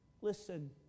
Listen